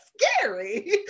scary